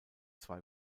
zwei